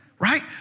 Right